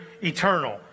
eternal